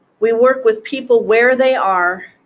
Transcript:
we work with people where they are,